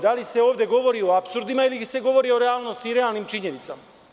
Da li se ovde govori o apsurdima ili se govori o realnosti i realnim činjenicama?